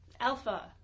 Alpha